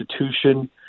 institution